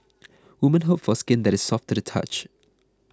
women hope for skin that is soft to the touch